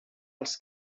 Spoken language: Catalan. els